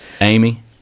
Amy